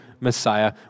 Messiah